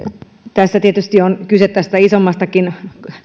tässä tietysti on kyse isommastakin